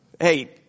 hey